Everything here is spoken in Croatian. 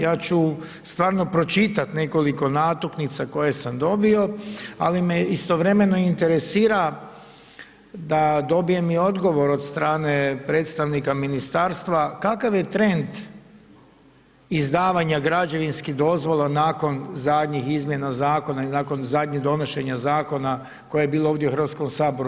Ja ću stvarno pročitati nekoliko natuknica koje sam dobio ali me istovremeno interesira da dobijem i odgovor od strane predstavnika ministarstva kakav je trend izdavanja građevinskih dozvola nakon zadnjih izmjena zakona i nakon zadnjih donošenja zakona je je bilo ovdje u Hrvatskom saboru.